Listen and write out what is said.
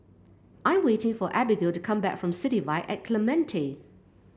I'm waiting for Abigail to come back from City Vibe at Clementi